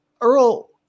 Earl